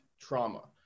trauma